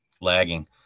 lagging